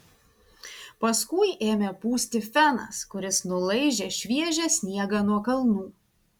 paskui ėmė pūsti fenas kuris nulaižė šviežią sniegą nuo kalnų